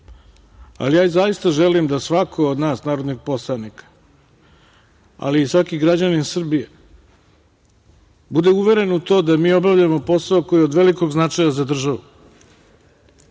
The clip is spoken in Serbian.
ali ja zaista želim da svako od nas narodnih poslanika, ali i svaki građanin Srbije bude uveren u to da mi obavljamo posao koji je od velikog značaja za državu